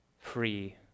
free